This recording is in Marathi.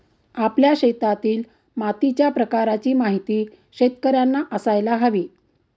आपल्या शेतातील मातीच्या प्रकाराची माहिती शेतकर्यांना असायला हवी